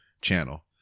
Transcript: channel